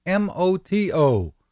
MOTO